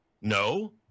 No